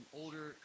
older